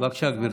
בבקשה, גברתי.